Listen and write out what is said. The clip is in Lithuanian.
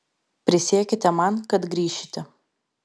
prisiekite man kad grįšite